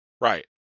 Right